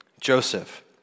Joseph